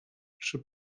trzy